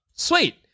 Sweet